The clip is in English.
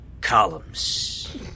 columns